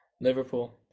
liverpool